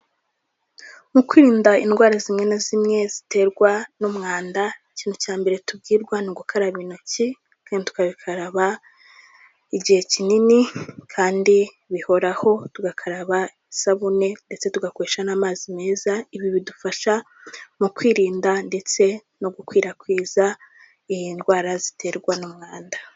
Mu kwirinda indwara zimwe na zimwe ziterwa n'umwanda, ikintu cya mbere tubwirwa ni ugukaraba intoki, kandi tukabikaraba igihe kinini kandi bihoraho, tugakaraba isabune ndetse tugakoresha n'amazi meza, ibi bidufasha mu kwirinda ndetse no gukwirakwiza iyi ndwara ziterwa n'umwanda.